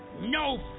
No